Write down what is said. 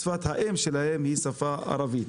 שפת האם שלהם היא השפה הערבית.